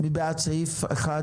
מי בעד אישור סעיף 1